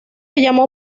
llamó